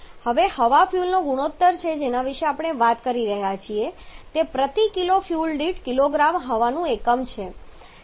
આ હવા ફ્યુઅલ ગુણોત્તર છે જેના વિશે આપણે વાત કરી રહ્યા છીએ તે પ્રતિ કિલો ફ્યુઅલ દીઠ કિલોગ્રામ હવાનું એકમ છે